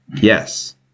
Yes